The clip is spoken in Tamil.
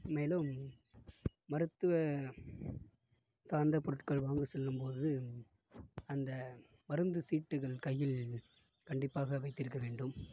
மேலும் மருத்துவம் சார்ந்த பொருட்கள் வாங்க செல்லும்போது அந்த மருந்து சீட்டுகள் கையில் கண்டிப்பாக வைத்திருக்க வேண்டும்